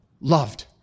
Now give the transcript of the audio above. loved